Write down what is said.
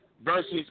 versus